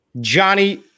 Johnny